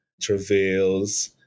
travails